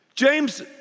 James